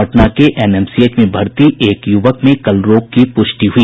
पटना के एनएमसीएच में भर्ती एक युवक में कल रोग की प्रष्टि हुई